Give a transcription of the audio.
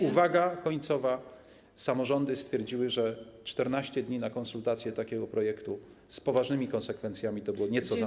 Uwaga końcowa: samorządy stwierdziły, że 14 dni na konsultacje takiego projektu z poważnymi konsekwencjami to było nieco za mało.